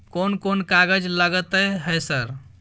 कोन कौन कागज लगतै है सर?